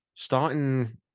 Starting